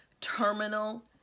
terminal